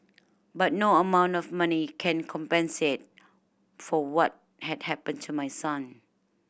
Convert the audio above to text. but no amount of money can compensate for what had happened to my son